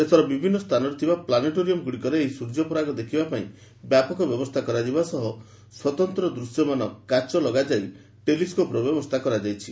ଦେଶର ବିଭିନ୍ନ ସ୍ଥାନରେ ଥିବା ପ୍ଲାନେଟୋରିୟମ୍ଗ୍ରଡ଼ିକରେ ଏହି ସ୍ୱର୍ଯ୍ୟପରାଗ ଦେଖିବାପାଇଁ ବ୍ୟାପକ ବ୍ୟବସ୍ଥା କରାଯିବା ସହ ସ୍ୱତନ୍ତ୍ର ଦୂର୍ଶ୍ୟମାନ କାଚ ଲଗାଯାଇ ଟେଲିସ୍କୋପ୍ର ବ୍ୟବସ୍ଥା କରାଯାଇଛି